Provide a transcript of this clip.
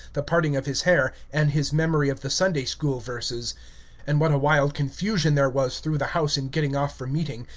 the parting of his hair, and his memory of the sunday-school verses and what a wild confusion there was through the house in getting off for meeting,